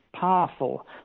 powerful